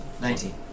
Nineteen